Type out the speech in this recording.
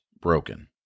broken